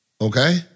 Okay